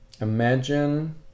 Imagine